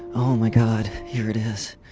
oh my god, here it is.